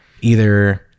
either-